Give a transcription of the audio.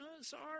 sorry